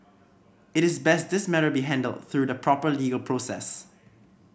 it is best this matter be handled through the proper legal process